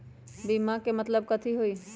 बीमा के मतलब कथी होई छई?